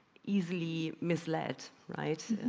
easily mislead, right.